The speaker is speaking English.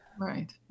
Right